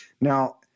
Now